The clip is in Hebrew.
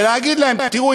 ולהגיד להן: תראו,